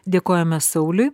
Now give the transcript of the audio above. dėkojame sauliui